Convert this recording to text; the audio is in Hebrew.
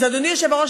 אז אדוני היושב-ראש,